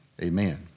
amen